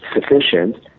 sufficient